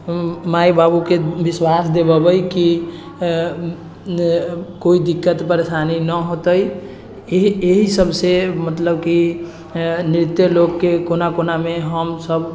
माइ बाबूके विश्वास देवबै कि कोइ दिक्कत परेशानी नहि होतै एहि एहि सब से मतलब कि नृत्य लोककेँ कोना कोनामे हमसब